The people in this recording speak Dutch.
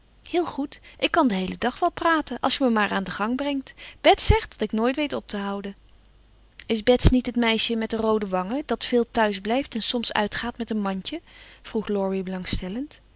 heel goed ik kan den heelen dag wel praten als je me maar aan den gang brengt bets zegt dat ik nooit weet op te houden is bets niet het meisje met de roode wangen dat veel thuis blijft en soms uitgaat met een mandje vroeg laurie